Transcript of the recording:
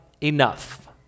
enough